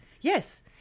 Yes